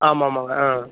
ஆமாமாங்க ஆ